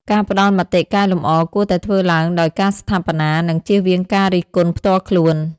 ការផ្ដល់មតិកែលម្អ គួរតែធ្វើឡើងដោយការស្ថាបនា និងជៀសវាងការរិះគន់ផ្ទាល់ខ្លួន។